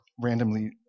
randomly